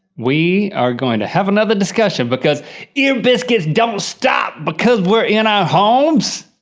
we are going to have another discussion because ear biscuits don't stop because we're in our homes.